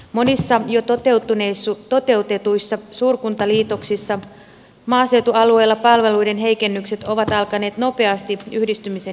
monissa jo toteutetuissa suurkuntaliitoksissa maaseutualueilla palveluiden heikennykset ovat alkaneet nopeasti yhdistymisen jälkeen